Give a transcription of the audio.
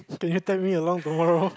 can you tag me along tomorrow